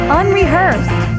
unrehearsed